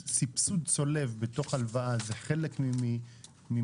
סבסוד צולב בתוך הלוואה זה חלק ממנגנון